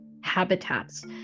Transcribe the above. habitats